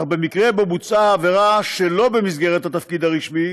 אך במקרה שבו בוצעה עבירה שלא במסגרת התפקיד הרשמי